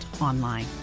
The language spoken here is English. online